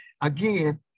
Again